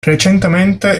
recentemente